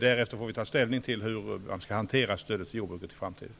Därefter får vi ta ställning till hur vi skall hantera stödet till jordbruket i framtiden